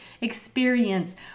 experience